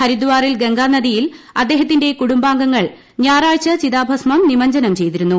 ഹരിദ്വാറിൽ ഗംഗാ നദിയിൽ അദ്ദേഹത്തിന്റെ കുടുംബാംഗങ്ങൾ ഞായറാഴ്ച ചിതാഭസ്മം നിമജ്ജനം ചെയ്തിരുന്നു